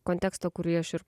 kontekstą kurį aš ir